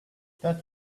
that